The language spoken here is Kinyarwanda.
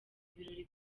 ibirori